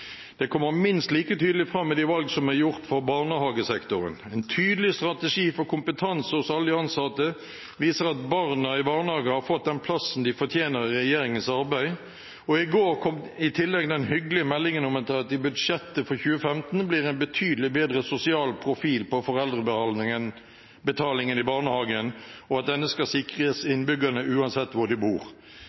Det kommer minst like tydelig fram i de valg som er gjort på barnehagesektoren. En tydelig strategi for kompetanse hos alle de ansatte viser at barna i barnehage har fått den plassen de fortjener i regjeringens arbeid. I går kom i tillegg den hyggelige meldingen om at det i budsjettet for 2015 blir en betydelig bedre sosial profil på foreldrebetalingen i barnehagen, og at denne skal sikres innbyggerne uansett hvor de bor.